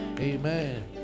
amen